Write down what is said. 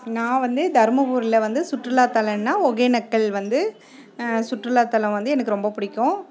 நான் வந்து தருமபுரியில் வந்து சுற்றுலாத்தலன்னால் ஒகேனக்கல் வந்து சுற்றுலாத்தலம் வந்து எனக்கு ரொம்ப பிடிக்கும்